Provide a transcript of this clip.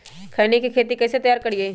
खैनी के खेत कइसे तैयार करिए?